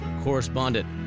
correspondent